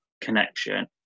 connection